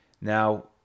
Now